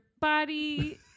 body